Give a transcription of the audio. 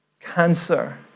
cancer